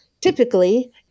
typically